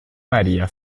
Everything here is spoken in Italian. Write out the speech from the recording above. maria